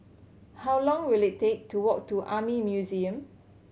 how long will it take to walk to Army Museum